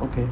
okay